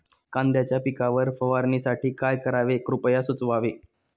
कांद्यांच्या पिकावर फवारणीसाठी काय करावे कृपया सुचवावे